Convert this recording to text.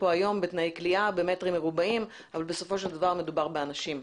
היום בתנאי כליאה ובמטרים מרובעים אבל בסופו של דבר מדובר באנשים,